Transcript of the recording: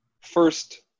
First